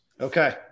Okay